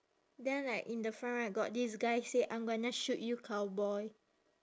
then like in the front right got this guy say I'm gonna shoot you cowboy